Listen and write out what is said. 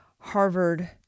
Harvard